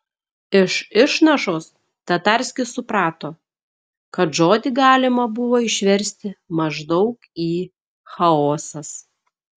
iš išnašos tatarskis suprato kad žodį galima buvo išversti maždaug į chaosas